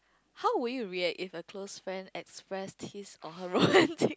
how would you react if a close friend express his or her romantic